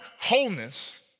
Wholeness